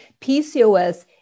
PCOS